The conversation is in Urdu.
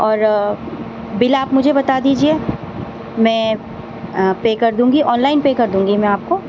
اور بل آپ مجھے بتا دیجیے میں پے کر دوں گی آن لائن پے کر دوں گی میں آپ کو